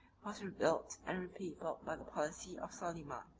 was rebuilt and repeopled by the policy of soliman.